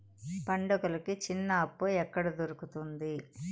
పండుగలకి చిన్న అప్పు ఎక్కడ దొరుకుతుంది